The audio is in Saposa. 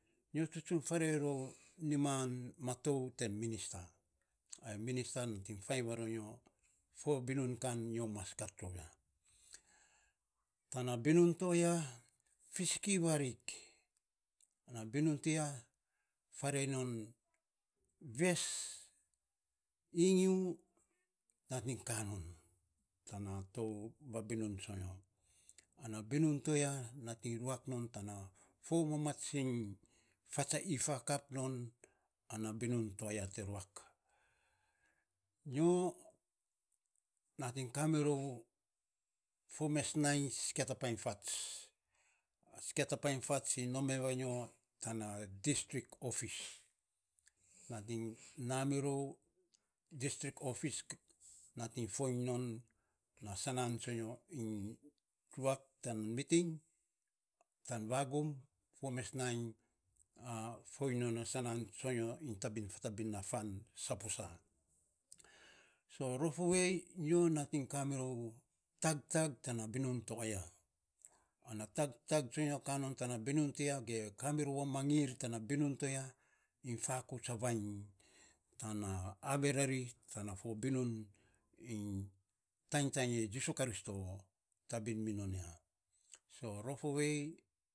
Nyo tsutsun farei rou niman matou ten minister, ai minister nating fainy varonyo, fo binun kan nyo mas kat rou ya tana binun toa ya fisiki varik ana binun ti ya farei non ves inyu nating ka non tana tou vabinun tsoinyo, ana binun to ya te ruak nyo nating kamirou fo me nainy sikia ta painy fats sikia ta painy fats iny mei me vainyo tana distrik ofis nating na mirou distrik ofis, nating foiny non na sanan tsonyo iny ruak tan miting tan vagum fo mes nainy fo mes nainy nating fo iny non a sanan tsoinyo iny tabin fatabin na i saposa, so rof ovei nyo nating kamirou tangtang tanabinun to a yes ana tangtang tsoinyo kanon tana binun ti ya ge ka mirou a mainyin ti ya iny fakouts a vainy tana avee rari tana fo binun iny tainy tainy e jisu karisto tabin minon ya, so rof ovei.